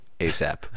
ASAP